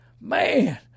man